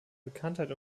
bekanntheit